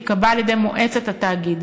תיקבע על-ידי מועצת התאגיד,